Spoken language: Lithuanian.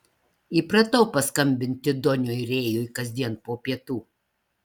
įpratau paskambinti doniui rėjui kasdien po pietų